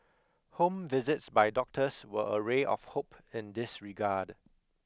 home visits by doctors were a ray of hope in this regard